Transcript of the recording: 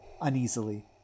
uneasily